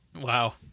Wow